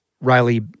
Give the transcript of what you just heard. Riley